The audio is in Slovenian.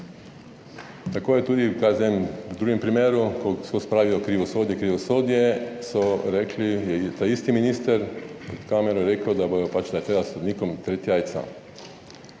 Tako je tudi, kaj jaz vem, v drugem primeru, ko "skoz" pravijo krivosodje, krivosodje, so rekli, je ta isti minister pred kamero, je rekel, da bodo pač, da je treba sodnikom treti jajca.